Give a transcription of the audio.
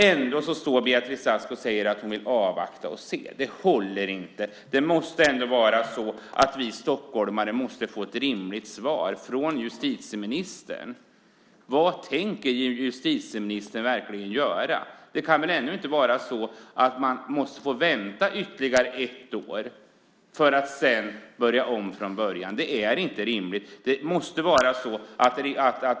Ändå står Beatrice Ask och säger att hon vill avvakta och se. Det håller inte. Det måste ändå vara så att vi stockholmare får ett rimligt svar från justitieministern. Vad tänker justitieministern verkligen göra? Det kan väl ändå inte vara så att man måste få vänta ytterligare ett år för att sedan börja om från början. Det är inte rimligt.